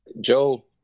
Joe